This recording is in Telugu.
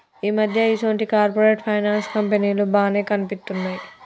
ఈ మధ్య ఈసొంటి కార్పొరేట్ ఫైనాన్స్ కంపెనీలు బానే కనిపిత్తున్నయ్